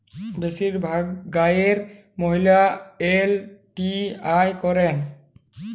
বেশিরভাগ গাঁয়ের মহিলারা এল.টি.আই করেন